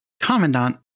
Commandant